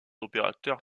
opérateurs